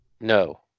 no